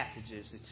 passages